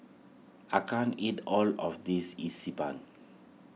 I can't eat all of this Xi Ban